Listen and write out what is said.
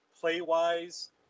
play-wise